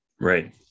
Right